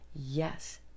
yes